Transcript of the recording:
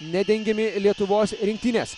nedengiami lietuvos rinktinės